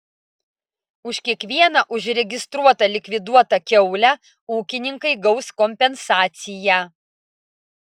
už kiekvieną užregistruotą likviduotą kiaulę ūkininkai gaus kompensaciją